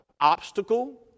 obstacle